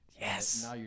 Yes